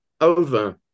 over